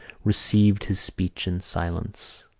received his speech in silence.